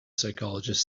psychologist